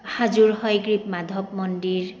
হাজোৰ হয়গ্ৰীপ মাধৱ মন্দিৰ